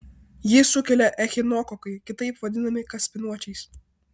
jį sukelia echinokokai kitaip vadinami kaspinuočiais